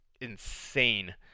insane